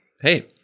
Hey